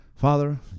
Father